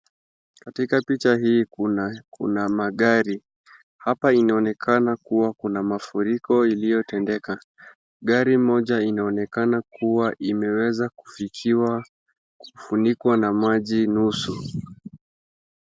Katika picha hii kuna kuna magari. Hapa inaonekana kuwa kuna mafuriko iliyotendeka. Gari moja inaonekana kuwa imeweza kufikiwa kufunikwa na maji nusu.